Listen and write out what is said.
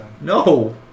No